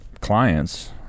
clients